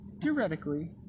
Theoretically